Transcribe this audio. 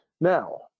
Now